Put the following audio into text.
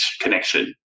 connection